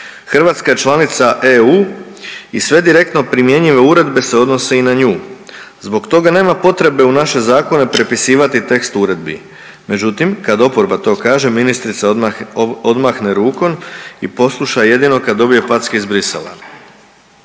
Hrvatska je članica EU i sve direktno primjenjive uredbe se odnose i na nju. Zbog toga nema potrebe u naše zakone prepisivati tekst uredbi, međutim kad oporba to kaže ministrica odmah odmahne rukom i posluša jedino kad dobije packe iz Brisela.